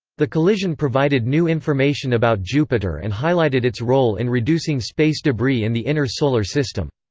the collision provided new information about jupiter and highlighted its role in reducing space debris in the inner solar system.